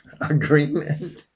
agreement